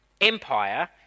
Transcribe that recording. empire